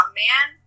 man